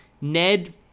Ned